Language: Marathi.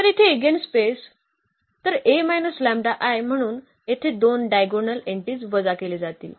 तर इथे एगेनस्पेस तर म्हणून येथे 2 डायगोनल एंटीज वजा केले जातील